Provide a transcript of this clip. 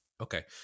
Okay